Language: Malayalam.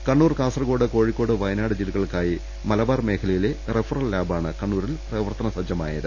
കണ്ണൂർ കാസർകോട് കോഴിക്കോട് വയനാ ട് ജില്ലകൾക്കായി മലബാർ മേഖലയിലെ റഫറൽ ലാബാ ണ് കണ്ണൂരിൽ പ്രവർത്തന സജ്ജമായത്